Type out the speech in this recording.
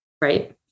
Right